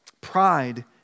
Pride